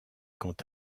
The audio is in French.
quant